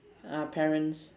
uh parents